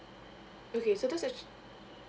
okay so that's